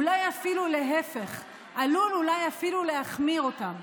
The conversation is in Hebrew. אולי אפילו להפך, עלול אולי אפילו להחמיר אותם.